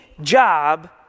job